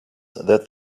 that